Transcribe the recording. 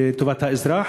לרעת האזרח.